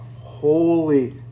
holy